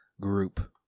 group